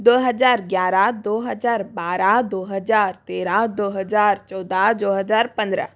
दो हजार ग्यारह दो हजार बारह दो हजार तेरह दो हजार चौदह दो हजार पंद्रह